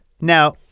Now